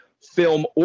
film